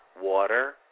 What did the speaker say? water